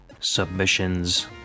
submissions